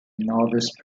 novice